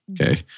okay